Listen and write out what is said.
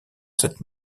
cette